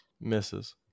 Misses